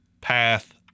path